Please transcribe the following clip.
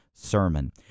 sermon